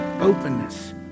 openness